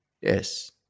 Yes